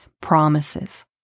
promises